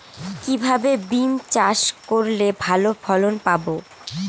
কিভাবে বিম চাষ করলে ভালো ফলন পাব?